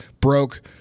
broke